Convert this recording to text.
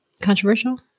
controversial